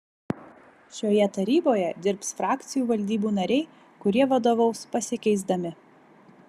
šioje taryboje dirbs frakcijų valdybų nariai kurie vadovaus pasikeisdami